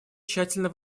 тщательно